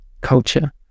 culture